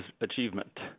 achievement